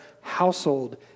household